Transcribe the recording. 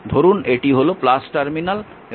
ধরুন এটি হল টার্মিনাল এবং এটি টার্মিনাল